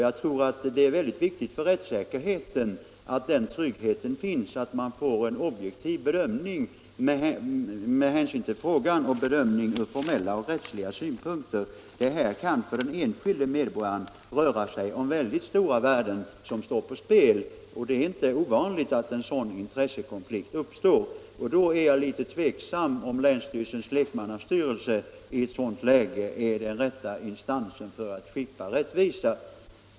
Jag tror att det är mycket viktigt för rättssäkerheten att en objektiv bedömning av frågan ur rättsliga och formella synpunkter är tryggad. Det kan för den enskilde medborgaren vara mycket stora värden som står på spel. Det är inte ovanligt att en sådan intressekonflikt uppstår, och jag är litet tveksam huruvida länsstyrelsens lekmannastyrelse i ett sådant läge är den riktiga instansen för att skipa rättvisa.